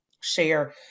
share